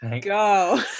go